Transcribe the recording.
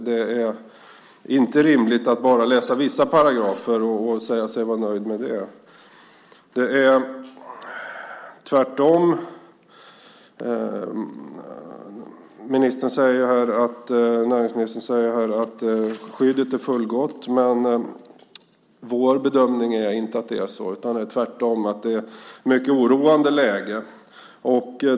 Det är inte rimligt att man nöjer sig med att läsa bara vissa paragrafer. Ministern säger att skyddet är fullgott. Vår bedömning är att det inte är det. Tvärtom är läget mycket oroande.